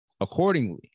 Accordingly